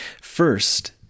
First